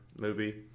movie